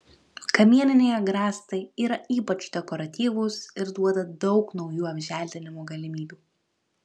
kamieniniai agrastai yra ypač dekoratyvūs ir duoda daug naujų apželdinimo galimybių